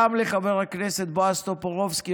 גם לחבר הכנסת בועז טופורובסקי,